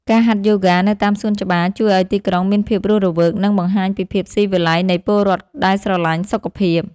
ការហាត់យូហ្គានៅតាមសួនច្បារជួយឱ្យទីក្រុងមានភាពរស់រវើក និងបង្ហាញពីភាពស៊ីវិល័យនៃពលរដ្ឋដែលស្រឡាញ់សុខភាព។